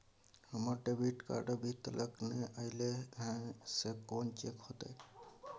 हमर debit card अभी तकल नय अयले हैं, से कोन चेक होतै?